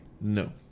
No